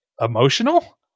emotional